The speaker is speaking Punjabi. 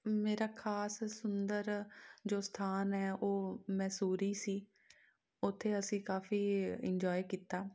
ਮੇਰਾ ਖਾਸ ਸੁੰਦਰ ਜੋ ਸਥਾਨ ਹੈ ਉਹ ਮੈਸੂਰੀ ਸੀ ਉੱਥੇ ਅਸੀਂ ਕਾਫੀ ਇੰਜੋਆਏ ਕੀਤਾ